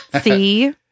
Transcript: See